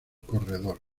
corredor